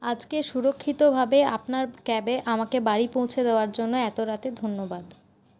আজকে সুরক্ষিতভাবে আপনার ক্যাবে আমাকে বাড়ি পৌঁছে দেওয়ার জন্য এত রাতে ধন্যবাদ